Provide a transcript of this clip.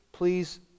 please